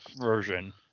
version